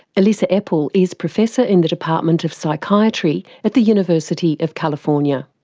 elissa epel is professor in the department of psychiatry at the university of california.